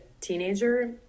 teenager